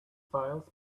files